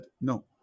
No